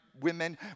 women